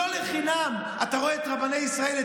לא לחינם אתה את רואה רבני ישראל,